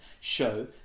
show